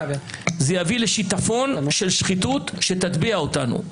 זה יביא לשיטפון של שחיתות שתטביע אותנו.